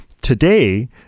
today